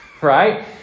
right